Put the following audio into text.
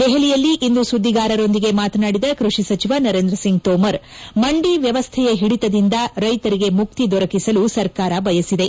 ದೆಪಲಿಯಲ್ಲಿಂದು ಸುದ್ಗಿಗಾರರೊಂದಿಗೆ ಮಾತನಾಡಿದ ಕೃಷಿ ಸಚಿವ ನರೇಂದ್ರ ಸಿಂಗ್ ತೋಮರ್ ಮಂಡಿ ವ್ನವಸ್ಲೆಯ ಹಿಡಿತದಿಂದ ರೈತರಿಗೆ ಮುಕ್ತಿ ದೊರಕಿಸಲು ಸರ್ಕಾರ ಬಯಸಿದೆ